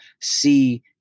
see